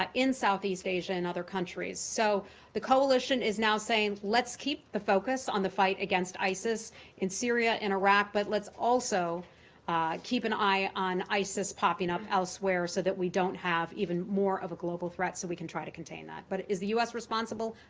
in southeast asia, and other countries. so the coalition is now saying let's keep the focus on the fight against isis in syria and iraq, but let's also keep an eye on isis popping up elsewhere so that we don't have even more of a global threat so we can try to contain that. but is the u s. responsible?